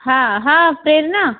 हां हां प्रेरना